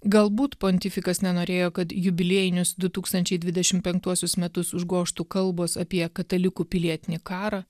galbūt pontifikas nenorėjo kad jubiliejinius du tūkstančiai dvidešim penktuosius metus užgožtų kalbos apie katalikų pilietinį karą